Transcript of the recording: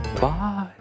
bye